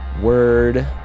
word